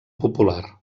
popular